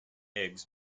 eggs